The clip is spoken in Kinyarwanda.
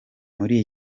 muri